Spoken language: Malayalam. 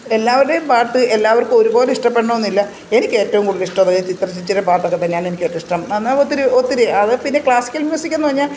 എല്ലാവരുടെയും പാട്ട് എല്ലാവർക്കും ഒരുപോലെ ഇഷ്ടപ്പെടണം എന്നില്ല എനിക്ക് ഏറ്റവും കൂടുതൽ ഇഷ്ടം എന്ന് പറഞ്ഞാൽ ചിത്ര ചേച്ചിയുടെ പാട്ടൊക്കെ തന്നെയാണ് എനിക്ക് ഏറ്റവും ഇഷ്ടം കാരണം ഒത്തിരി ഒത്തിരി അത് പിന്നെ ക്ലാസ്സിക്കൽ മ്യൂസിക്ക് എന്ന് പറഞ്ഞാൽ